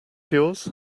yours